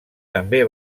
també